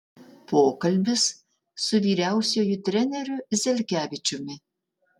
pokalbis su vyriausiuoju treneriu zelkevičiumi